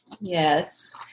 Yes